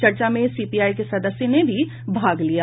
चर्चा में सीपीआई के सदस्य ने भी भाग लिया